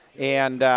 and